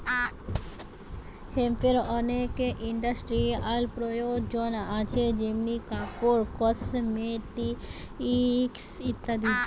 হেম্পের অনেক ইন্ডাস্ট্রিয়াল প্রয়োজন আছে যেমনি কাপড়, কসমেটিকস ইত্যাদি